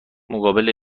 مقابل